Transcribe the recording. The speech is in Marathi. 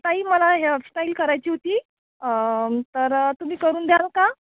ताई मला हेअरस्टाईल करायची होती तर तुम्ही करून द्याल का